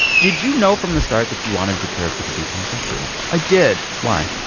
did you know from the start that you wanted your character to be pansexual? i did why?